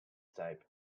type